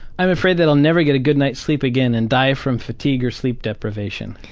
i'm afraid that i'll never get a good night's sleep again and die from fatigue or sleep deprivation.